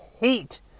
hate